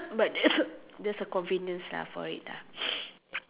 but there's a convenience lah for it lah